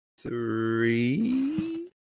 Three